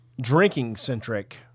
drinking-centric